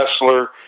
wrestler